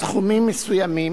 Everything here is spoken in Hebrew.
אפשר להפחית סכומים מסוימים